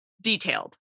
detailed